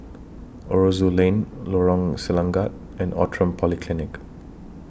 Aroozoo Lane Lorong Selangat and Outram Polyclinic